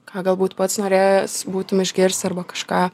ką galbūt pats norėjęs būtum išgirsti arba kažką